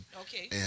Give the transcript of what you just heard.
Okay